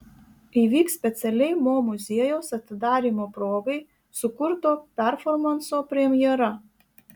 įvyks specialiai mo muziejaus atidarymo progai sukurto performanso premjera